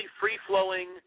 free-flowing